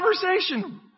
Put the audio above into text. conversation